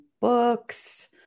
books